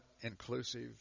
inclusive